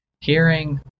hearing